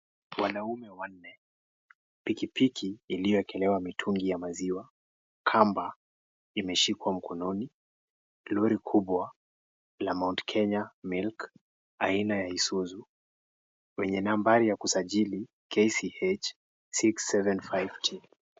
Wanaume wanne, pikipiki iliyo wekelewa mitungi ya maziwa kamba imeshikwa mkononi Lori kubwa la Mount Kenya milk aina ya Isuzu kwenye nambari ya kusajili KCH 6752.